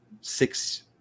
six